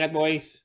boys